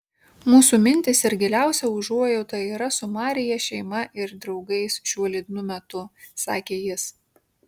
mūsų mintys ir giliausia užuojauta yra su maryje šeima ir draugais šiuo liūdnu metu sakė jis